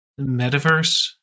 Metaverse